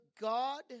God